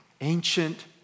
ancient